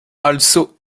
also